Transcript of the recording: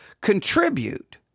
contribute